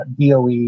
DOE